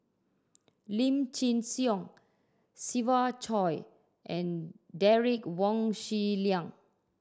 Lim Chin Siong Siva Choy and Derek Wong Xi Liang